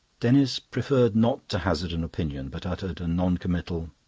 denis preferred not to hazard an opinion, but uttered a non-committal